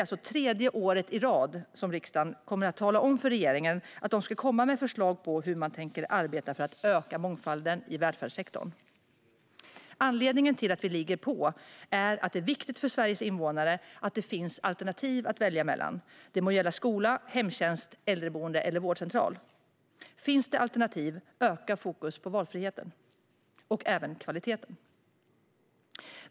För tredje året i rad kommer riksdagen alltså att tala om för regeringen att den ska komma med förslag på hur den tänker arbeta för att öka mångfalden i välfärdssektorn. Anledningen till att vi ligger på är att det är viktigt för Sveriges invånare att det finns alternativ att välja mellan. Det må gälla skola, hemtjänst, äldreboende eller vårdcentral. Om det finns alternativ ökar fokus på kvaliteten.